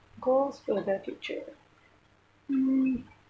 goals for the future um